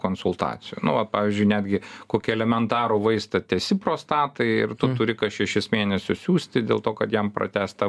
konsultacijų nu va pavyzdžiui netgi kokį elementarų vaistą tęsi prostatai ir tu turi kas šešis mėnesius siųsti dėl to kad jam pratęsta